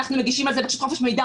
אנחנו מגישים על זה חופש מידע,